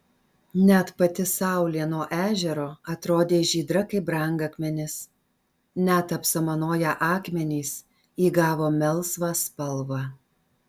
net pati saulė nuo ežero atrodė žydra kaip brangakmenis net apsamanoję akmenys įgavo melsvą spalvą